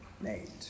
made